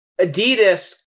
Adidas